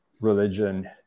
religion